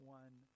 one